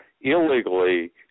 illegally